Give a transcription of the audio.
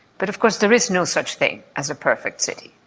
but of course there is no such thing as a perfect city.